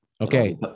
Okay